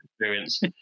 experience